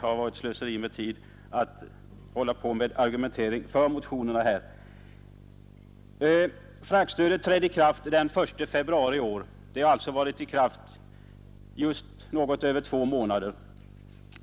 Fraktstödet började utgå den 1 februari i år och har alltså varit i kraft något över två månader.